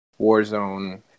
Warzone